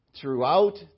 throughout